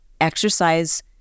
exercise